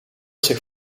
zich